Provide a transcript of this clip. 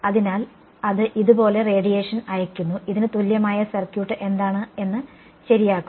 അതിനാൽ അത് ഇതുപോലെ റേഡിയേഷൻ അയയ്ക്കുന്നു ഇതിന് തുല്യമായ സർക്യൂട്ട് എന്താണ് എന്ന് ശരിയാക്കുക